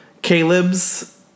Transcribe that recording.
Caleb's